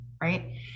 right